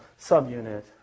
subunit